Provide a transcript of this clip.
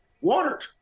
watered